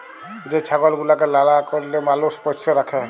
যে ছাগল গুলাকে লালা কারলে মালুষ পষ্য রাখে